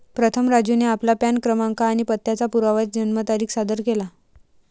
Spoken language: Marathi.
प्रथम राजूने आपला पॅन क्रमांक आणि पत्त्याचा पुरावा जन्मतारीख सादर केला